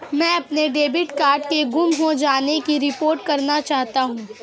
मैं अपने debit card के गुम हो जाने की रिपोर्ट करना चाहता हूँ